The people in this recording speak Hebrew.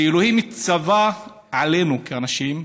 שאלוהים ציווה עלינו, כאנשים,